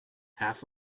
half